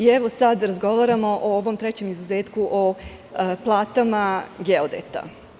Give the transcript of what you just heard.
Evo, sada razgovaramo o ovom trećem izuzetku, o platama geodeta.